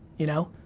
you know,